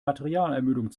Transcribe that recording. materialermüdung